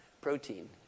protein